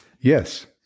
Yes